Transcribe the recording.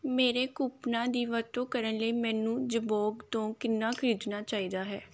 ਮੇਰੇ ਕੂਪਨਾਂ ਦੀ ਵਰਤੋਂ ਕਰਨ ਲਈ ਮੈਨੂੰ ਜਬੋਗ ਤੋਂ ਕਿੰਨਾ ਖ਼ਰੀਦਣਾ ਚਾਹੀਦਾ ਹੈ